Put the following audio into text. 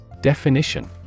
Definition